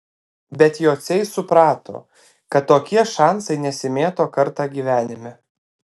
bet jociai suprato kad tokie šansai nesimėto kartą gyvenime